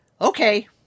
Okay